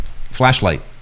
flashlight